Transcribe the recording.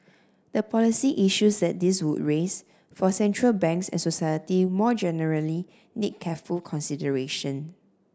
the policy issues that this would raise for central banks and society more generally need careful consideration